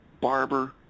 Barber